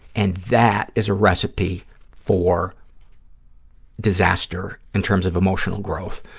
and that is a recipe for disaster in terms of emotional growth,